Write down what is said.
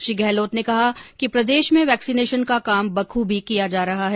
श्री गहलोत ने कहा कि प्रदेश में वैक्सीनेशन का काम बखूबी किया जा रहा हैं